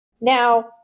Now